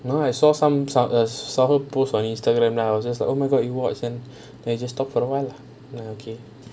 oh I saw some some~ someone post on Instagram then I was just like oh my god you watch then we just talk for awhile lah okay